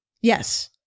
Yes